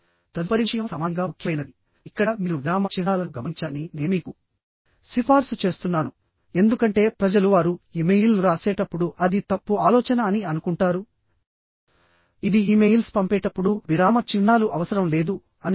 తదుపరి విషయం సమానంగా ముఖ్యమైనది ఇక్కడ మీరు విరామ చిహ్నాలను గమనించాలని నేను మీకు సిఫార్సు చేస్తున్నాను ఎందుకంటే ప్రజలు వారు ఇమెయిల్ వ్రాసేటప్పుడు అది తప్పు ఆలోచన అని అనుకుంటారు ఇది ఇమెయిల్స్ పంపేటప్పుడు విరామ చిహ్నాలు అవసరం లేదు అనే అపోహ